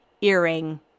earring